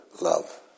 love